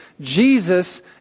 Jesus